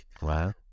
Wow